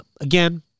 again